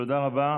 תודה רבה.